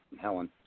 Helen